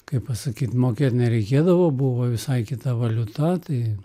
kaip pasakyt mokėt nereikėdavo buvo visai kita valiuta tai